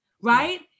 right